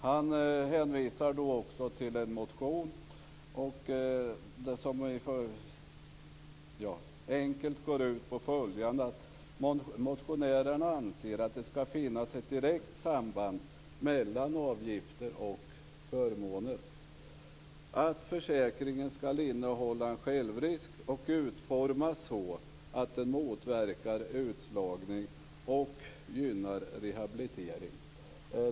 Han hänvisade till en motion som enkelt går ut att på att det skall finnas ett direkt samband mellan avgifter och förmåner, att försäkringen skall innehålla en självrisk och utformas så att den motverkar utslagning och gynnar rehabilitering.